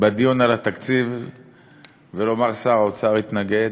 בדיון על התקציב ולומר: שר האוצר התנגד,